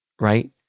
right